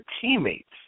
teammates